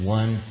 one